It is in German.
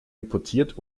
importiert